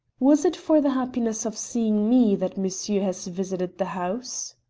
was it for the happiness of seeing me that monsieur has visited the house?